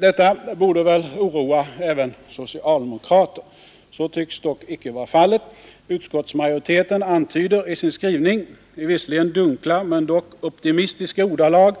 Detta borde väl oroa även socialdemokrater. Så tycks dock icke vara fallet. Utskottsmajoriteten antyder i sin skrivning, i visserligen dunkla men dock optimistiska ordalag,